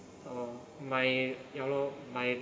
oh my ya lor my